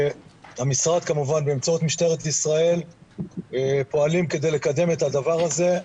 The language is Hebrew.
המשרד כמובן באמצעות משטרת ישראל פועלים כדי לקדם את הדבר הזה.